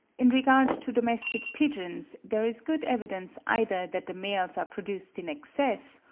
in regard to domestic pigeons there is good evidence either that the males are produced in excess,